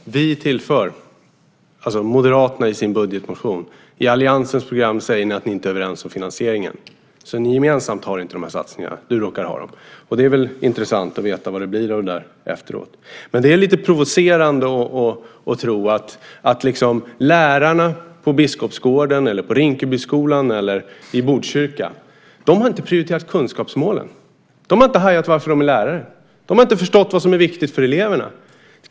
Fru talman! Sten Tolgfors säger: Vi tillför. Det är alltså Moderaterna i sin budgetmotion. I alliansens program säger ni att ni inte är överens om finansieringen. Ni har alltså inte de här satsningarna gemensamt - du råkar ha dem. Det är väl intressant att veta vad det blir av det efteråt. Det är lite provocerande att tro att lärarna i Biskopsgården, på Rinkebyskolan eller i Botkyrka inte har prioriterat kunskapsmålen. De har inte hajat varför de är lärare. De har inte förstått vad som är viktigt för eleverna.